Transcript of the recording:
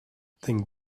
then